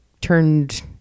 turned